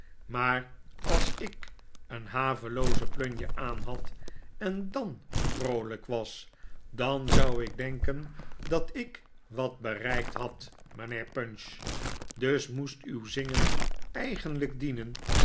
maar als ik een havelooze plunje aan had en dan vroolijk was dan zou ik denken dat ik wat bereikt had mijnheer pinch dus moest uw zingen eigenlijk dienen